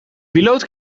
piloot